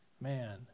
man